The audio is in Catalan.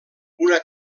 una